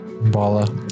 Bala